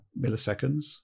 milliseconds